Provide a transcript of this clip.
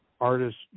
artists